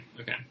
Okay